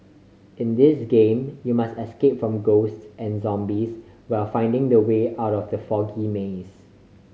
in this game you must escape from ghosts and zombies while finding the way out of the foggy maze